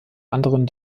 anderen